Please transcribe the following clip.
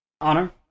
honor